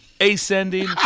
ascending